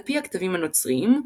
על-פי הכתבים הנוצריים,